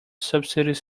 subsidies